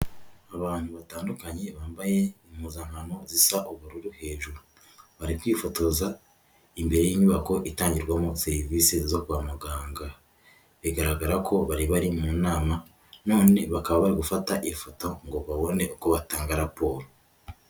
Abantu batandukanye bambaye impuzankano zisa ubururu hejuru. Bari kwifotoza imbere y'inyubako itangirwamo serivisi zo kwa muganga. Bigaragara ko bari bari mu nama none bakaba bari gufata ifoto ngo babone uko batanga raporo.